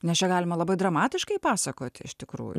nes čia galima labai dramatiškai pasakoti iš tikrųjų